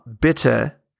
bitter